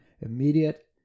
immediate